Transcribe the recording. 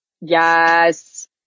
Yes